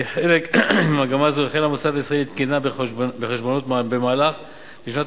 כחלק ממגמה זו החל המוסד הישראלי לתקינה בחשבונאות במהלך שנות